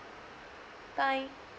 bye